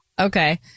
Okay